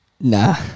Nah